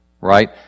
right